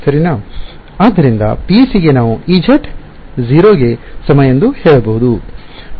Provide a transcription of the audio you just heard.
ಆದ್ದರಿಂದ PEC ಗೆ ನಾವು Ez 0 ಗೆ ಸಮ ಎಂದು ಹೇಳಬಹುದು